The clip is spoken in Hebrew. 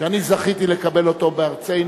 התרבות והספורט על מנת להכינה לקריאה ראשונה.